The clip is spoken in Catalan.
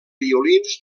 violins